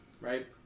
Right